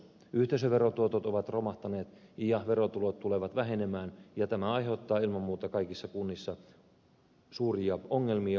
yhteisöverotuotot ovat romahtaneet ja verotulot tulevat vähenemään ja tämä aiheuttaa ilman muuta kaikissa kunnissa suuria ongelmia